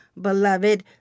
beloved